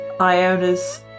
Iona's